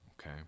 okay